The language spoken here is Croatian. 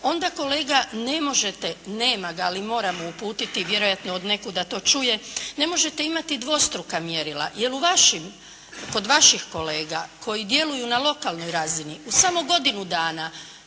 Onda kolega ne možete, nema ga ali moram mu uputiti, vjerojatno od nekuda to čuje. Ne možete imati dvostruka mjerila. Jer u vašim, kod vaših kolega koji djeluju na lokalnoj razini u samo godini dana